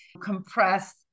compress